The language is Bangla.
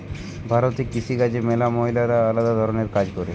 ভারতে কৃষি কাজে ম্যালা মহিলারা আলদা ধরণের কাজ করে